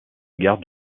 gare